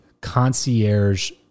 concierge